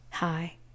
Hi